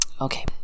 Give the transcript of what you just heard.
Okay